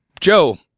Joe